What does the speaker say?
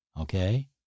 Okay